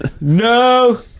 No